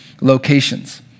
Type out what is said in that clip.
locations